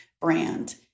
brand